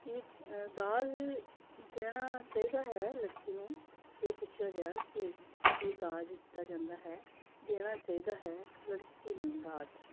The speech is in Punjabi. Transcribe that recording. ਕੀ ਦਾਜ ਦੇਣਾ ਚਾਹੀਦਾ ਹੈ ਲੜਕੀ ਨੂੰ ਇਹ ਪੁੱਛਿਆ ਗਿਆ ਕੇ ਕੀ ਦਾਜ ਦਿੱਤਾ ਜਾਂਦਾ ਹੈ ਦੇਣਾ ਚਾਹੀਦਾ ਹੈ ਲੜਕੀ ਨੂੰ ਦਾਜ